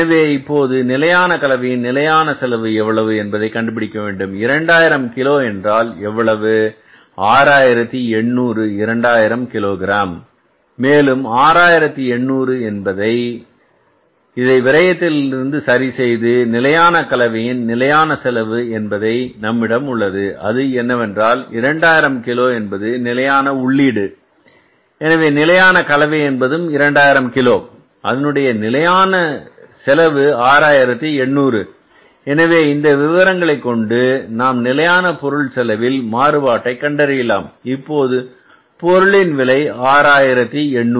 எனவே இப்போது நிலையான கலவையின் நிலையான செலவு எவ்வளவு என்பதை கண்டுபிடிக்க வேண்டும் இது 2000 கிலோகிராம் என்றால் எவ்வளவு 6800 2000 கிலோகிராம் மேலும் 6800 எனவே இதை விரயத்தில் இருந்து சரி செய்து நிலையான கலவையின் நிலையான செலவு என்பது நம்மிடம் உள்ளது அது என்னவென்றால் 2000 கிலோ என்பது நிலையான உள்ளீடு எனவே நிலையான கலவை என்பதும் 2000 கிலோ அதனுடைய நிலையான செலவு 6800 எனவே இந்த விவரங்களின் உதவிகொண்டு நாம் நிலையான பொருள் செலவில் மாறுபாட்டை கண்டறியலாம் இப்போது ஒரு பொருளின் விலை 6800